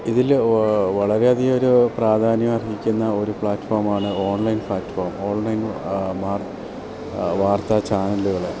ഇതിൽ വളരെ അധികമൊരു പ്രാധാന്യം അർഹിക്കുന്ന ഒരു പ്ലാറ്റ്ഫോമാണ് ഓൺലൈൻ പ്ലാറ്റ്ഫോം ഓൺലൈൻ വാർത്താ വാർത്താ ചാനലുകൾ